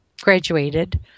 graduated